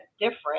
different